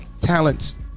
talents